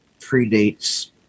predates